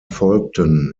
folgten